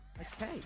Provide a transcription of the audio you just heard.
Okay